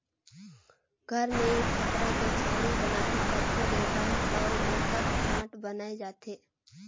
घर मे खपरा के छानी बनाथे तबो ले बांस अउ ओकर ठाठ बनाये जाथे